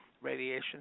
radiation